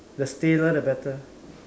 the staler the better